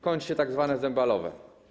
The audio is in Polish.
Kończy się tzw. zembalowe.